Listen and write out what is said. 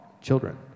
children